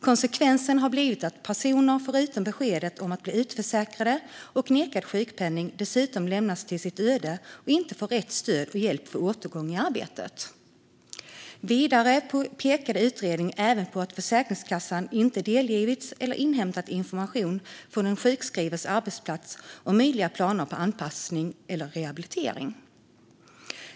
Konsekvensen har blivit att personer förutom beskedet om att bli utförsäkrade och nekade sjukpenning dessutom lämnas åt sitt öde och inte får rätt stöd och hjälp för återgång i arbete. Vidare pekade utredningen även på att Försäkringskassan inte delgivits eller inhämtat information från den sjukskrivnes arbetsplats om möjliga planer på anpassning eller rehabilitering.